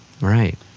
Right